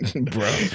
Bro